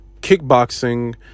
kickboxing